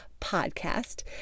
podcast